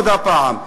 עוד הפעם.